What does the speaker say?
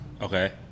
Okay